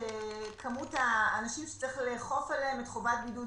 כמות האנשים שצריך לאכוף עליהם חובת בידוד